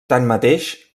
tanmateix